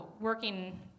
working